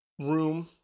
room